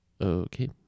Okay